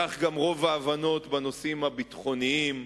כך גם רוב ההבנות בנושאים הביטחוניים.